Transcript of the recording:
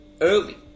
early